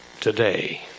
today